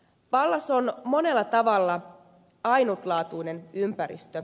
pallas on monella tavalla ainutlaatuinen ympäristö